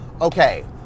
okay